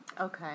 Okay